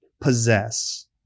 possess